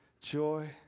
joy